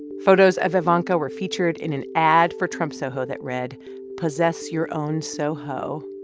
photos of ivanka were featured in an ad for trump soho that read possess your own soho.